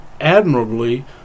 admirably